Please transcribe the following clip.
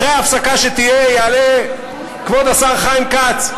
אחרי ההפסקה שתהיה יעלה כבוד השר חיים כץ, לא